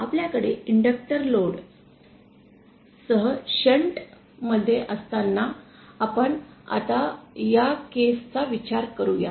आपल्याकडे inductor load सह shunt मध्ये असताना आपण आता या केस चा विचार करूया